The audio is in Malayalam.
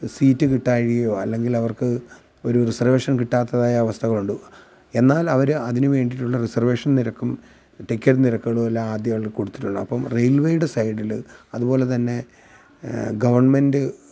സീറ്റ് കിട്ടയ്കയോ അല്ലെങ്കിൽ അവർക്ക് ഒരു റിസർവേഷൻ കിട്ടാത്തതായ അവസ്ഥകളുണ്ട് എന്നാലവർ അതിന് വേണ്ടിയിട്ടുള്ള റിസർവേഷൻ നിരക്കും ടിക്കറ്റ് നിരക്കുകളുമെല്ലാം ആദ്യം ആളുകൾക്ക് കൊടുത്തിട്ടുണ്ടാവും അപ്പം റയിൽവേയുടെ സൈഡിൽ അതുപോലെ തന്നെ ഗവണ്മെൻ്റ്